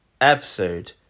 episode